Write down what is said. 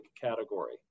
category